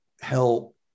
help